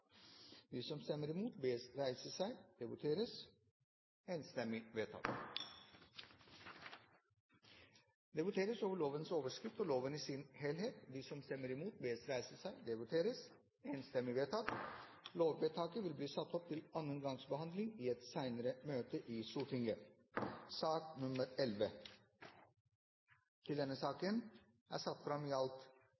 de støtter forslaget. Det voteres over lovens overskrift og loven i sin helhet. Lovvedtaket vil bli ført opp til andre gangs behandling i et senere møte i Stortinget. Til denne